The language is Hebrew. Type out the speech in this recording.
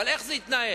אבל איך זה יתנהל,